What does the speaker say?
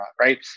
right